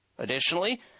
Additionally